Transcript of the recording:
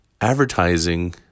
advertising